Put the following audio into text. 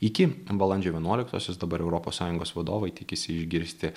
iki balandžio vienuoliktosios dabar europos sąjungos vadovai tikisi išgirsti